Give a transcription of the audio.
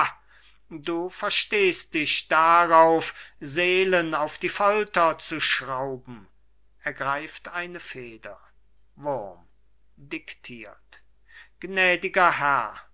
du verstehst dich darauf seelen auf die folter zu schrauben ergreift die feder wurm dictiert gnädiger herr